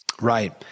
Right